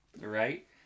right